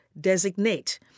designate